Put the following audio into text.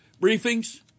briefings